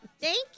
Thank